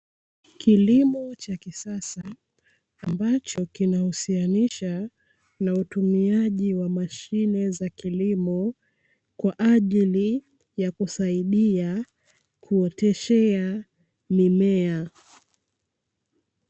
Kilimo cha kisasa ambacho kinahusianisha na utumiaji wa mashine za kilimo kwa ajili ya kusaidia kuoteshea mimea.